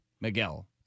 Miguel